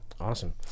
awesome